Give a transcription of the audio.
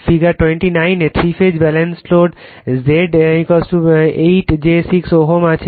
figure 29 এ three phase balanced লোডের Z 8 j 6 Ω আছে